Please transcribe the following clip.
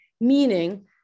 Meaning